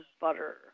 butter